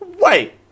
Wait